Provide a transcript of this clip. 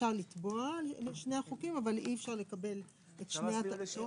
שאפשר לתבוע בשני החוקים אבל אי אפשר לקבל את שניהם.